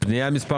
פנייה מספר